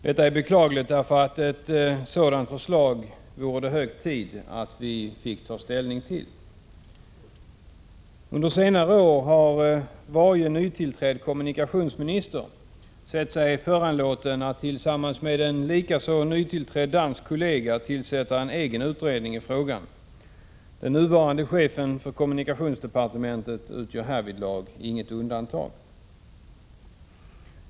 Detta är beklagligt, därför att ett sådant förslag vore det hög tid att vi i riksdagen fick ta ställning till. Under senare år har varje nytillträdd kommunikationsminister sett sig föranlåten att, tillsammans med en likaså nytillträdd dansk kollega, tillsätta en egen utredning i frågan. Den nuvarande chefen för kommunikationsdepartementet utgör härvidlag inget undantag.